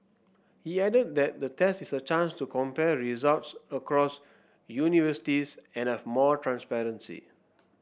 he added that the test is a chance to compare results across universities and have more transparency